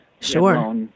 Sure